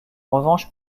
revanche